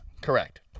Correct